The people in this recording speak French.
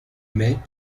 mets